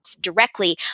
directly